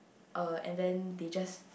uh and then they just